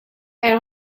elle